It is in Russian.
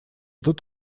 тут